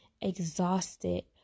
exhausted